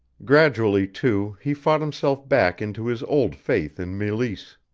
gradually, too, he fought himself back into his old faith in meleese.